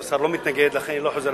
אבל השר לא מתנגד ולכן אני לא חוזר.